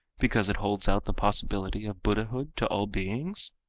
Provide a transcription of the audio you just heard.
because it holds out the possibility of buddhahood to all beings?